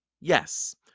Yes